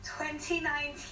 2019